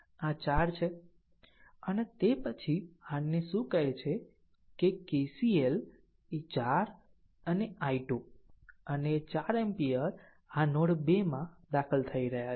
આ 4 છે અને તે પછી r ને શું કહે છે કે KCL એ 4 અને i2 અને 4 એમ્પીયર આ 2 નોડ માં દાખલ થઈ રહ્યા છે